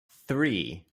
three